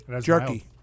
jerky